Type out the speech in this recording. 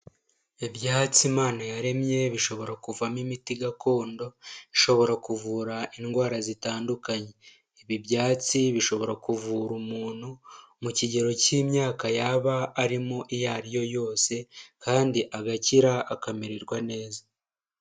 Ibyatsi Imana yaremye bishobora kuvamo imiti gakondo, ishobora kuvura indwara zitandukanye, ibi byatsi bishobora kuvura umuntu mu kigero cy'imyaka yaba arimo iyo ari yo yose, kandi agakira akamererwa neza.